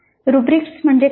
rubric म्हणजे काय